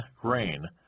grain